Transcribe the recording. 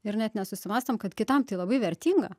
ir net nesusimąstom kad kitam tai labai vertinga